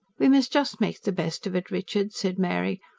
we must just make the best of it, richard, said mary.